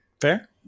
fair